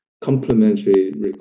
complementary